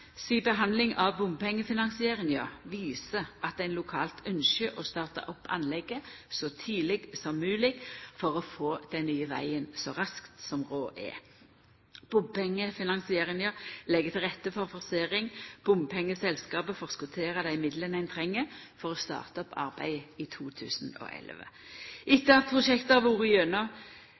si behandling av bompengefinansieringa viser at ein lokalt ynskjer å starta opp anlegget så tidleg som mogleg for å få den nye vegen så raskt som råd er. Bompengefinanseringa legg til rette for forsering, bompengeselskapet forskotterer dei midlane ein treng for å starta opp arbeidet i 2011. Etter at prosjektet har vore gjennom